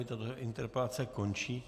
Tato interpelace končí.